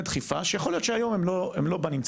דחיפה שיכול להיות שהיום הם לא בנמצא,